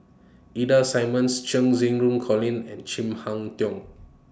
Ida Simmons Cheng Xinru Colin and Chin Harn Tong